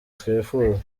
twifuza